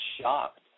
shocked